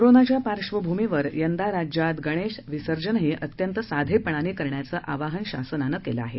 कोरोनाच्या पार्श्वभूमीवर यंदा राज्यात गणेश विसर्जनही अत्यंत साधेपणाने करण्याचं आवाहन शासनानं केलं आहे